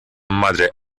madre